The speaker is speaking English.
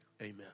Amen